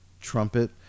trumpet